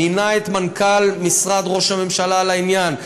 מינה את מנכ"ל משרד ראש הממשלה על העניין.